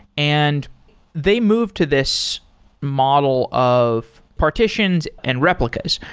and they moved to this model of partitions and replicas.